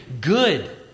good